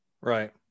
Right